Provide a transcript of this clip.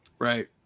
Right